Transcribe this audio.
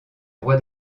roi